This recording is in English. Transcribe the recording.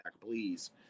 Please